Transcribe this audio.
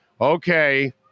Okay